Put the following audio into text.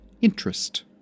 interest